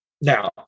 Now